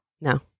No